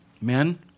Men